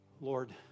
Lord